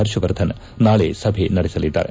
ಹರ್ಷವರ್ಧನ್ ನಾಳೆ ಸಭೆ ನಡೆಸಲಿದ್ದಾರೆ